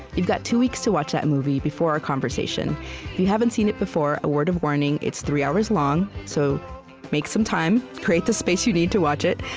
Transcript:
you've got two weeks to watch that movie before our conversation. if you haven't seen it before, a word of warning it's three hours long. so make some time, create the space you need to watch it.